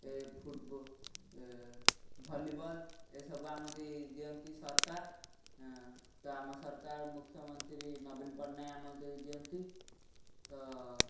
ଏ volleyball ଏସବୁ ଦିଅନ୍ତି ସରକାର ତ ଆମ ସରକାର ମୁଖ୍ୟମନ୍ତ୍ରୀ ନବୀନ ପଟ୍ଟନାୟକ ଦିଅନ୍ତି ତ